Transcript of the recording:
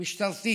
משטרתי